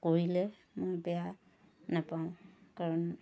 কৰিলে বেয়া নাপাওঁ কাৰণ